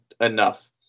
enough